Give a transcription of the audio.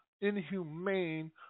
inhumane